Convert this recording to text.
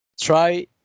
try